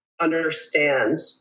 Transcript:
understand